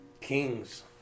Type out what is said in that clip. Kings